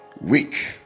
week